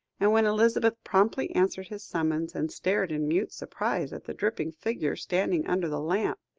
and when elizabeth promptly answered his summons, and stared in mute surprise at the dripping figure standing under the lamp,